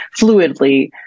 fluidly